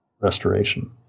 restoration